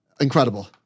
incredible